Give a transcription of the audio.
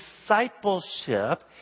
discipleship